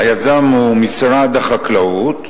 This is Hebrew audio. היזם הוא משרד החקלאות,